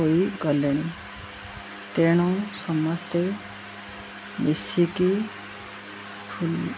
ହୋଇଗଲେଣି ତେଣୁ ସମସ୍ତେ ମିଶିକି ଭୁ